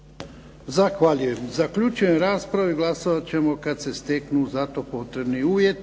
Zaključujem raspravu. Glasovat ćemo kad se steknu za to potrebni uvjeti.